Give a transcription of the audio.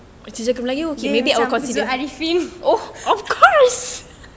eh macam zul ariffin